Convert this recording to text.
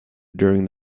during